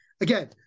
again